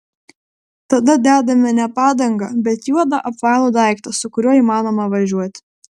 tada dedame ne padangą bet juodą apvalų daiktą su kuriuo įmanoma važiuoti